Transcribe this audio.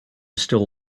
still